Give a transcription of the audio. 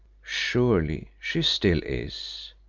surely she still is,